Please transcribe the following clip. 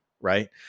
right